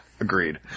agreed